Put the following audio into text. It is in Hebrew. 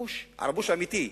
ערבוש אמיתי.